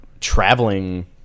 traveling